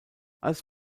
als